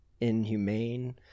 inhumane